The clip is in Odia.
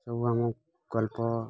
ସବୁ ଆମ ଗଳ୍ପ